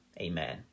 Amen